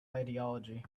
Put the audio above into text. ideology